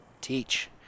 teach